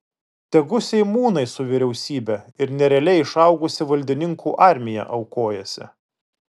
tegu seimūnai su vyriausybe ir nerealiai išaugusi valdininkų armija aukojasi